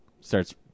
starts